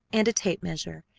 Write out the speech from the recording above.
and a tape-measure,